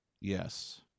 yes